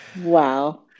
Wow